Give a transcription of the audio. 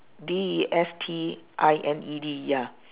D E S T I N E D ya